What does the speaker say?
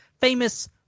famous